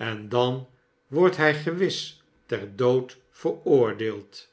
en dan wordt hij gewis ter dood veroordeeld